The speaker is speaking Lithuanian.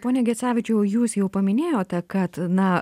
pone gecevičiau jūs jau paminėjote kad na